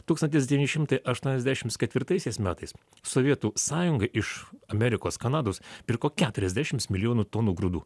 tūkstantis devyni šimtai aštuoniasdešims ketvirtaisiais metais sovietų sąjunga iš amerikos kanados pirko keturiasdešims milijonų tonų grūdų